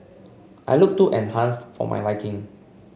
I looked too enhanced for my liking